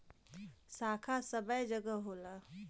शाखा सबै जगह होला